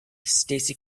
stacey